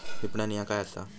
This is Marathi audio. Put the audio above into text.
विपणन ह्या काय असा?